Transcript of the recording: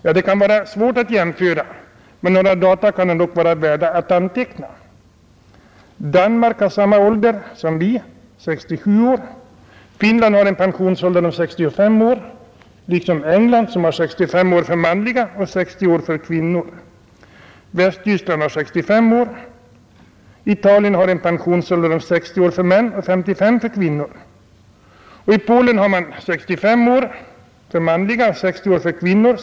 Ja, det kan vara svårt att göra jämförelser, men några data kan ändå vara värda att få antecknade. I Danmark har man samma pensionsålder som vi, 67 år. I Finland är den 65 år. I England är den 65 år för män och 60 år för kvinnor. I Västtyskland är pensionsåldern 65 år och i Italien 60 år för män och 55 år för kvinnor. I Polen är den 65 år för män och 60 år för kvinnor.